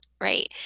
right